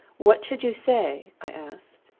what should you say i asked,